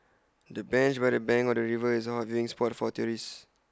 the bench by the bank of the river is A hot viewing spot for tourists